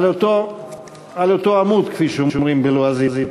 על אותו עמוד, כפי שאומרים בלועזית.